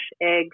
eggs